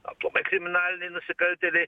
aplamai kriminaliniai nusikaltėliai